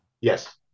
Yes